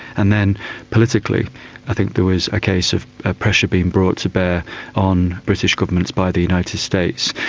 and then politically i think there was a case of pressure being brought to bear on british governments by the united states.